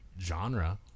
genre